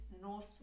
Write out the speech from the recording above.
north